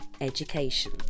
education